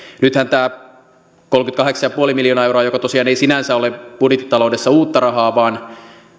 nythän tämä kolmekymmentäkahdeksan pilkku viisi miljoonaa euroa joka tosiaan ei sinänsä ole budjettitaloudessa uutta rahaa vaan